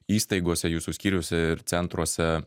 įstaigose jūsų skyriuose ir centruose